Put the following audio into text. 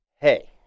hey